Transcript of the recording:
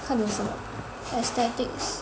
看有什么 aesthetics